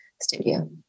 studio